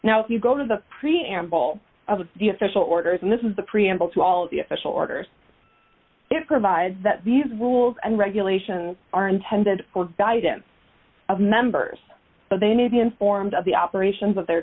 now if you go to the preamble of the official orders and this is the preamble to all the official orders it provides that these rules and regulations are intended for guidance of members but they may be informed of the operations of their